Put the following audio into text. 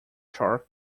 shark